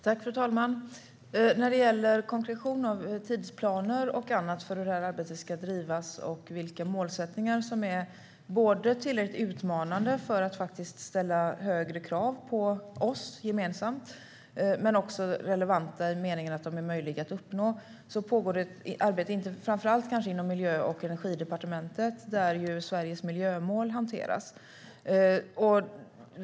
Fru talman! När det gäller konkretion av tidsplaner och annat för hur det här arbetet ska drivas och vilka målsättningar som är både tillräckligt utmanande för att ställa krav på oss gemensamt och relevanta i meningen att de är möjliga att uppnå pågår det ett arbete inom framför allt Miljö och energidepartementet där Sveriges miljömål hanteras.